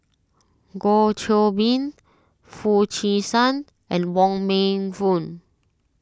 Goh Qiu Bin Foo Chee San and Wong Meng Voon